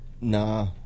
Nah